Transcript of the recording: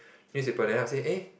newspaper then after that eh